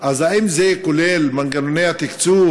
אז האם זה כולל את מנגנוני התקצוב?